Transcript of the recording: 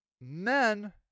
Men